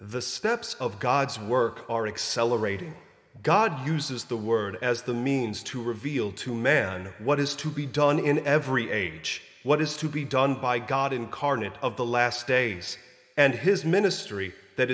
the steps of god's work are accelerating god uses the word as the means to reveal to man what is to be done in every age what is to be done by god incarnate of the last days and his ministry that